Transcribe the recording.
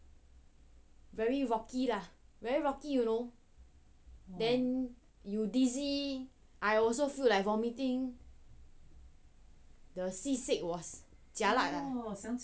very rocky lah very rocky you know then you dizzy I also feel like vomiting the sea sick was jialat